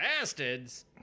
bastards